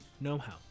know-how